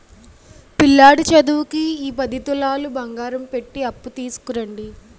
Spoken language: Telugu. పిల్లాడి సదువుకి ఈ పది తులాలు బంగారం పెట్టి అప్పు తీసుకురండి